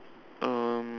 um